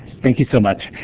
thank you so much.